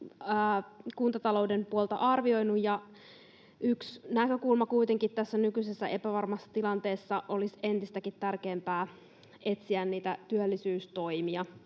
kuntatalouden puolta arvioinut. Yksi näkökulma kuitenkin tässä nykyisessä epävarmassa tilanteessa olisi entistäkin tärkeämpää eli etsiä niitä työllisyystoimia.